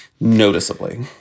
noticeably